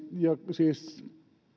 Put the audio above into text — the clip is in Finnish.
siis